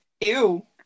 Ew